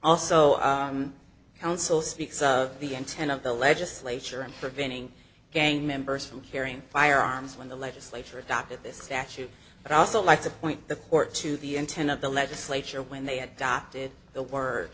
also counsel speaks of the intent of the legislature in preventing gang members from carrying firearms when the legislature adopted this statute but i also like to point the court to the intent of the legislature when they adopted the word